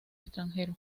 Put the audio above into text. extranjero